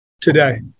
today